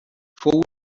fou